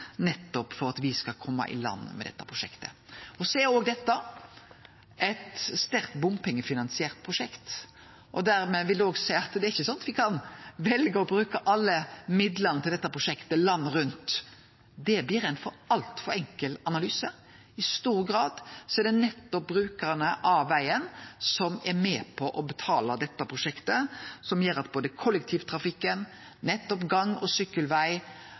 nettopp for at me skal kome i land med det. Dette er også eit sterkt bompengefinansiert prosjekt, og dermed er det ikkje slik at me kan velje å bruke alle midlane til dette prosjektet landet rundt. Det blir ei altfor enkel analyse. I stor grad er det nettopp brukarane av vegen som er med på å betale dette prosjektet, som gjer at me får både kollektivtrafikk, gang- og sykkelveg